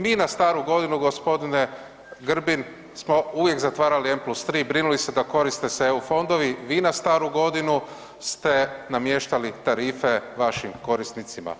Mi na Staru godinu, g. Grbin smo uvijek zatvarali M+3, brinuli se da koriste se EU fondovi, vi na Staru godinu ste namještali tarife vašim korisnicima.